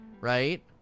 right